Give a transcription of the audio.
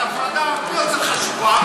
זו הפרדה הרבה יותר חשובה,